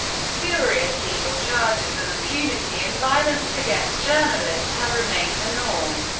spurious legal charges and impunity in violence against journalists have remained the norm.